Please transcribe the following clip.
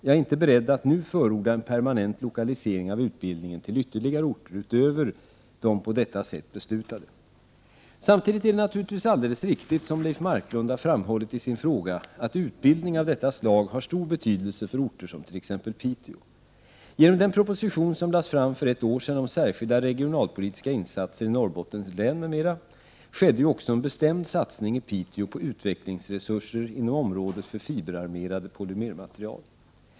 Jag är inte beredd att nu förorda en permanent lokalisering av utbildningen till ytterligare orter utöver de på detta sätt beslutade. Samtidigt är det naturligtvis alldeles riktigt, som Leif Marklund har framhållit i sin fråga, att utbildning av detta slag har stor betydelse för orter som t.ex. Piteå. Genom den proposition som lades fram för ett år sedan om särskilda regionalpolitiska insatser i Norrbottens län m.m. skedde ju också en bestämd satsning i Piteå på utvecklingsresurser inom området för fiberarmerade polymermaterial.